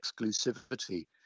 exclusivity